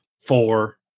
four